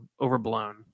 overblown